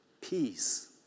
peace